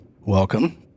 Welcome